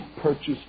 purchased